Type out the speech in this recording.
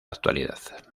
actualidad